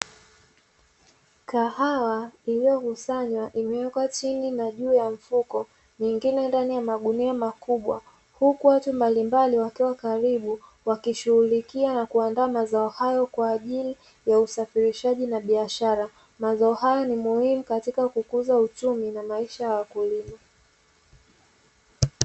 Kahawa iliyokusanywa imewekwa chini na juu ya mfuko nyingine ndani ya magunia makubwa, huku watu mbalimbali wakiwa karibu wakishughulikia na kuandaa, mazao hayo kwa ajili ya usafirishaji na biashara, mazao hayo ni muhimu katika kukuza uchumi na maisha ya wakulima.